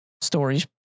Stories